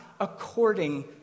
according